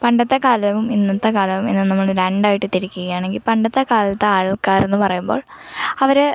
പണ്ടത്തെ കാലവും ഇന്നത്തെ കാലവും എന്ന് നമ്മൾ രണ്ടായിട്ട് തിരിക്കുക ആണെങ്കിൽ പണ്ടത്തെ കാലത്തെ ആൾക്കാരെന്ന് പറയുമ്പോൾ അവർ